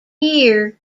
year